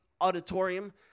auditorium